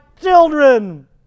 children